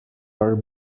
are